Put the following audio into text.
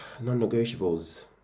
non-negotiables